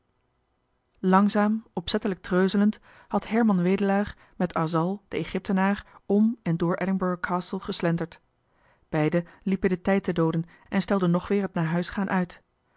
langzaam opzettelijk treuzelend had herman wedelaar met asal den egyptenaar om en door edinburgh castle geslenterd beiden liepen den tijd te dooden en stelden nog weer het naar huis gaan uit